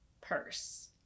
purse